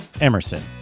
Emerson